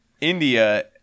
India